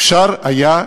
אפשר היה,